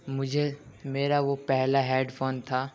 مجھے میرا وہ پہلا ہیڈ فون تھا